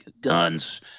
guns